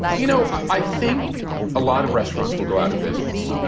you know, i think a lot of restaurants will go out of business.